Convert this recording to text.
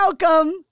welcome